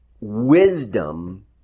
wisdom